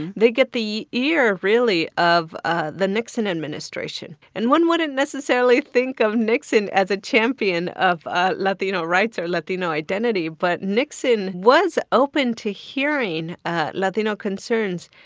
they get the ear, really, of ah the nixon administration. and one wouldn't necessarily think of nixon as a champion of ah latino rights or latino identity. but nixon was open to hearing ah latino concerns,